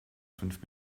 fünf